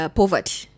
poverty